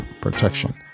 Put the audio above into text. protection